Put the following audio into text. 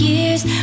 years